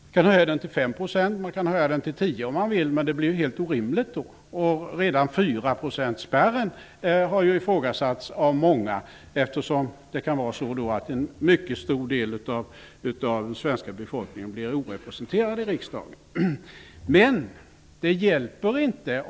Man kan höja den till 5 % eller 10 % om man vill, men det är orimligt. Redan 4-procentsspärren har ju ifrågasatts av många, eftersom en mycket stor del av den svenska befolkningen kan bli orepresenterad i riksdagen.